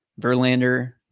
Verlander